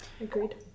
agreed